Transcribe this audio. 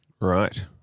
Right